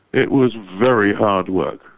it was very hard work.